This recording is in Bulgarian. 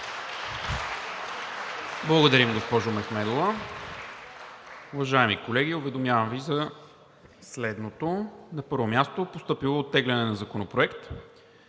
Благодаря Ви, госпожо Мехмедова. Уважаеми колеги, уведомявам Ви за следното: На първо място, постъпило е оттегляне на Законопроект.